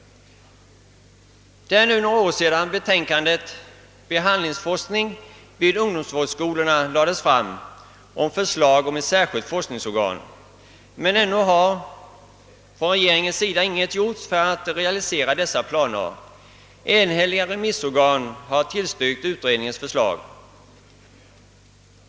Det är nu några år sedan betänkandet »Behandlingsforskning vid ungdomsvårdsskolorna» lades fram med förslag om ett särskilt forskningsorgan. Men ännu har från regeringens sida intet gjorts för att realisera dessa planer. Enhälliga remissorgan har tillstyrkt utredningens förslag.